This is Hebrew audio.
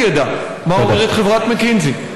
כדי שגם הציבור ידע מה אומרת חברת מקנזי.